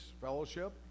fellowship